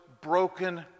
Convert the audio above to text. broken